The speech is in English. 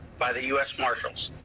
by the us marshals.